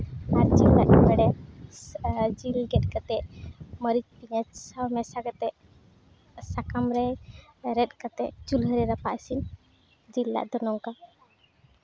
ᱟᱨ ᱡᱤᱞ ᱞᱟᱫ ᱦᱚᱸᱧ ᱵᱟᱲᱟᱭᱟ ᱟᱨ ᱡᱤᱞ ᱜᱮᱫ ᱠᱟᱛᱮᱫ ᱢᱟᱹᱨᱤᱪ ᱯᱮᱸᱭᱟᱡᱽ ᱥᱟᱣ ᱢᱮᱥᱟ ᱠᱟᱛᱮᱫ ᱥᱟᱠᱟᱢ ᱨᱮ ᱨᱮᱫᱽ ᱠᱟᱛᱮᱫ ᱪᱩᱞᱦᱟᱹ ᱨᱮ ᱨᱟᱯᱟᱜ ᱤᱥᱤᱱ ᱡᱤᱞ ᱞᱟᱫᱽ ᱫᱚ ᱱᱚᱝᱠᱟ